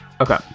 Okay